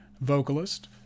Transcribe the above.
vocalist